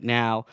now